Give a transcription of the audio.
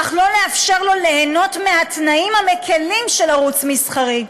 אך לא לאפשר לו ליהנות מהתנאים המקילים של ערוץ מסחרי?